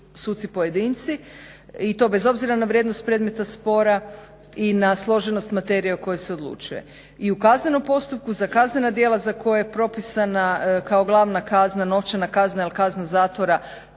i to bez obzira na vrijednost predmeta spora i na složenost materije o kojoj se odlučuje. I u kaznenom postupku za kaznena djela za koje je propisana kao glavna kazna novčana kazna ili kazna zatvora